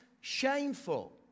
shameful